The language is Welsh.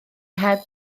heb